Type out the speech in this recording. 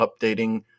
updating